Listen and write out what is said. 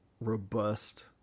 robust